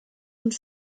und